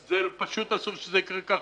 פשוט אסור שזה יקרה כך.